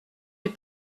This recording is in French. des